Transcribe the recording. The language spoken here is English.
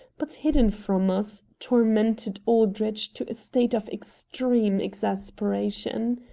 but hidden from us, tormented aldrich to a state of extreme exasperation.